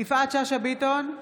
יפעת שאשא ביטון,